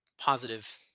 positive